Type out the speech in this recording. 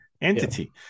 entity